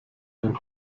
ein